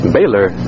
Baylor